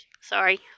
Sorry